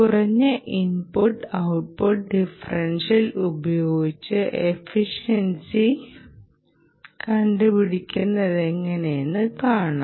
കുറഞ്ഞ input output differential ഉപയോഗിച്ച് efficiency മെച്ചപ്പെടുന്നുവെന്ന് കാണാം